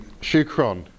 Shukron